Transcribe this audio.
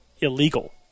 illegal